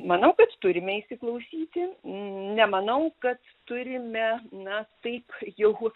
manau kad turime įsiklausyti nemanau kad turime na taip jau